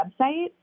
website